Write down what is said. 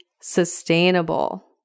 sustainable